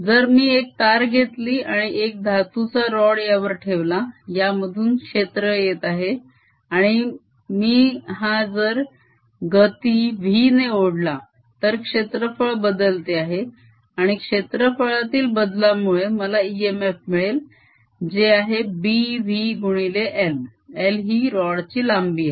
जर मी एक तार घेतली आणि एक धातूचा रॉड यावर ठेवला यामधून क्षेत्र येत आहे आणि मी हा जर गती v ने ओढला तर क्षेत्रफळ बदलते आहे आणि क्षेत्रफळातील बदलामुळे मला इएमएफ मिळेल जे आहे bv गुणिले l l ही रॉड ची लांबी आहे